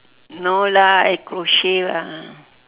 no lah I crochet lah